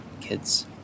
kids